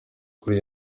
kuri